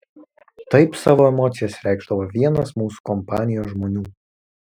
taip savo emocijas reikšdavo vienas mūsų kompanijos žmonių